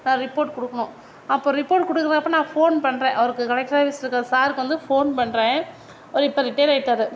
நான் ரிபோர்ட் கொடுக்குணும் அப்போ ரிப்போர்ட் கொடுக்குறப்ப நான் ஃபோன் பண்ணுறேன் அவருக்கு கலெக்டர் ஆஃபீஸில் இருக்கிற சாருக்கு வந்து ஃபோன் பண்ணுறேன் அவரு இப்போ ரிட்டேரு ஆயிட்டார்